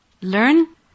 Learn